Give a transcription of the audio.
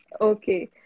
Okay